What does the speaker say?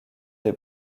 des